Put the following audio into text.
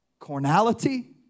Cornality